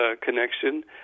Connection